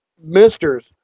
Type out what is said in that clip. misters